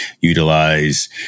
utilize